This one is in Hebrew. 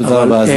תודה רבה.